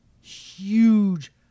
huge